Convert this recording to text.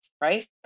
right